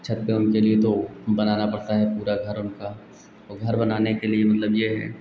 छत पर उनके लिए तो बनाना पड़ता है पूरा घर उनका और घर बनाने के लिए मतलब यह है